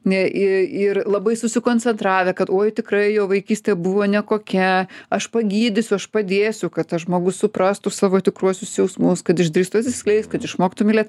ne į ir labai susikoncentravę kad oi tikrai jo vaikystė buvo nekokia aš pagydysiu aš padėsiu kad tas žmogus suprastų savo tikruosius jausmus kad išdrįstų atsiskleist kad išmoktų mylėt